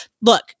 Look